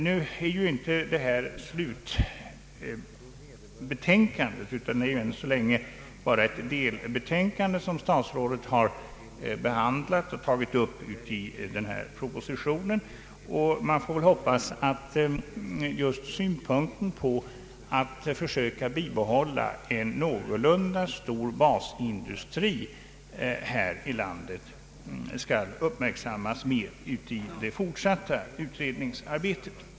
Nu är det inte slutbetänkandet utan ännu så länge endast ett delbetänkande som statsrådet har behandlat i propositionen. Man får hoppas att just önskemålet att försöka bibehålla en någorlunda stor basindustri här i landet skall uppmärksammas mer i det fortsatta utredningsarbetet.